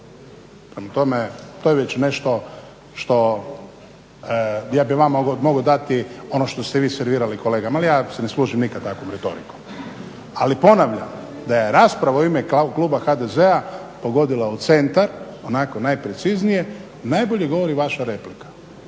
to je već nešto što, ja bih vama mogao dati ono što ste vi servirali kolegama, ali ja se ne služim nikada takvom retorikom. Ali ponavljam da je rasprava u ime kluba HDZ-a pogodila u centar, onako najpreciznije, najbolje govori vaša replika.